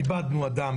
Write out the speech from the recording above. איבדנו אדם.